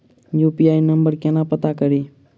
UPI नंबर केना पत्ता कड़ी?